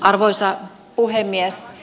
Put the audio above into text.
arvoisa puhemies